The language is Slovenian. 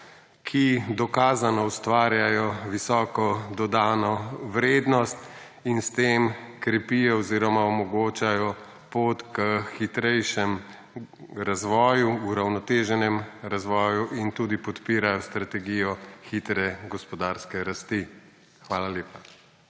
ki dokazano ustvarjajo visoko dodano vrednost in s tem krepijo oziroma omogočajo pot k hitrejšemu razvoju, uravnoteženem razvoju in tudi podpirajo strategijo hitre gospodarske rasti. Hvala lepa.